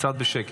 קצת בשקט.